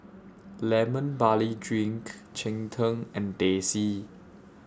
Lemon Barley Drink Cheng Tng and Teh C